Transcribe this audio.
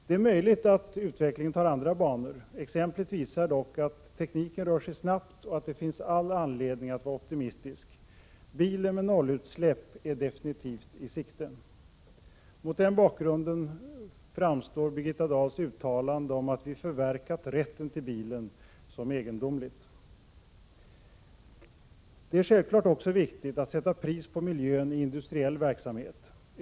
Det är möjligt att utvecklingen tar andra banor. Exemplet visar dock att tekniken rör sig snabbt och att det finns all anledning att vara optimistisk. Bilen med nollutsläpp är definitivt i sikte. Mot den bakgrunden framstår Birgitta Dahls uttalande om att vi förverkat rätten till bilen som egendomligt. Det är självklart också viktigt att sätta pris på miljön i industriell verksamhet.